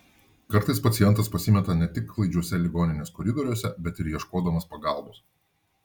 kartais pacientas pasimeta ne tik klaidžiuose ligoninės koridoriuose bet ir ieškodamas pagalbos